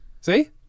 See